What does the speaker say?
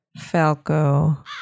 Falco